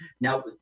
Now